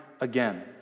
again